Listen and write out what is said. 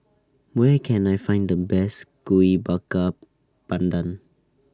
Where Can I Find The Best Kuih Bakar Pandan